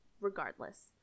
regardless